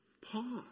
pause